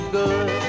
good